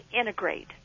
integrate